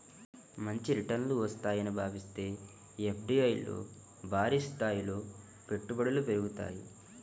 మంచి రిటర్నులు వస్తాయని భావిస్తే ఎఫ్డీఐల్లో భారీస్థాయిలో పెట్టుబడులు పెరుగుతాయి